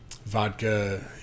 Vodka